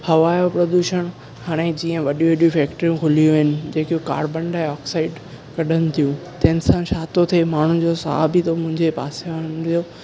हवा जो प्रदूषण हाणे जीअं वॾी वॾी फेक्ट्रियूं खुलियूं आहिनि जेके कार्बन डाइओक्साइड कढनि थियूं तंहिं सां छा थो थिए माण्हुनि साहु बि थो मुंहिंजे पासे वारनि जो